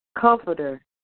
Comforter